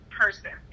person